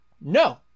no